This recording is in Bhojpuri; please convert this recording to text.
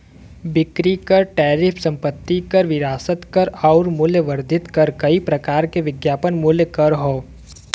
बिक्री कर टैरिफ संपत्ति कर विरासत कर आउर मूल्य वर्धित कर कई प्रकार के विज्ञापन मूल्य कर हौ